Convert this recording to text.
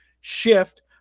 shift